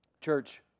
Church